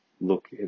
look